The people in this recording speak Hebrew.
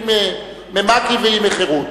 אם ממק"י ואם מחרות.